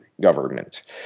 government